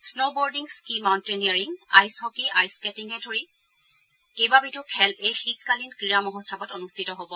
snowboarding স্মী mountaineering ice hockey ice স্থেটিঙকে ধৰি কেইবাবিধো খেল এই শীতকালীন ক্ৰীড়া মহোৎসৱত অনুষ্ঠিত হ'ব